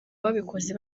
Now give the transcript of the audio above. babikoze